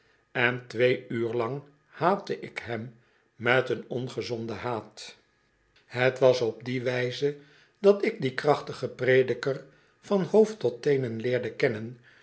en twee uur lang haatte ik hem meteen ongezonden haat het was op die wijze dat ik dien krachtigen prediker van hoofd tot teenen leerde kennen